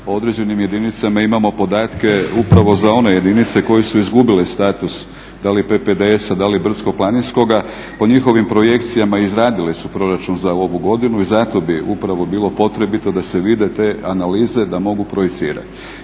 određenim jedinicama, imamo podatke upravo za one jedinice koje su izgubile status, da li PPDS-a, da li brdsko planinskoga, po njihovim projekcijama izradile su proračun za ovu godinu i zato bi upravo bilo potrebito da se vide te analize, da mogu projicirati.